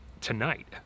tonight